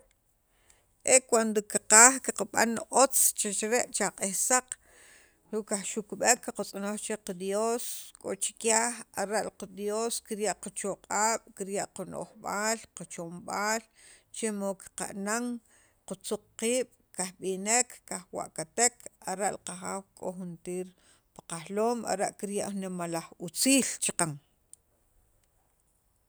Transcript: e cuando qaqaj qab'an li otz chi chire' chaq'iij saq kajxukb'ek qaqatz'onoj chek qa Dios k'o chikyaaj ara' li qa Dios kirya' qachoq'ab' kirya' qano'jb'aal qachomb'aal che mod qa'nan qatzoq qiib' kajb'inek kajwa'katek ara' li qajaaw k'o juntir pi qajloom ara' kirya' jun nemalaj utziil chqan.